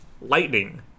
lightning